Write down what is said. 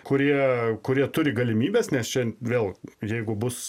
kurie kurie turi galimybes nes čia vėl jeigu bus